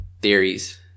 Theories